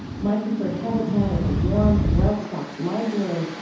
my preferred habitat is a warm, well-stocked library,